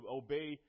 obey